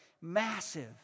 Massive